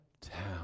town